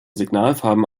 signalfarben